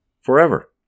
forever